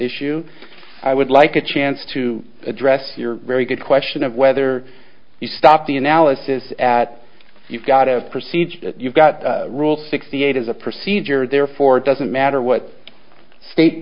issue i would like a chance to address your very good question of whether you stop the analysis at you've got a procedure you've got rule sixty eight is a procedure therefore it doesn't matter what state